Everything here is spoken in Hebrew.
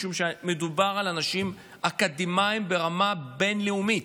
משום שמדובר באנשים אקדמיים ברמה בין-לאומית.